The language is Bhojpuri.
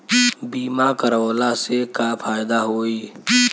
बीमा करवला से का फायदा होयी?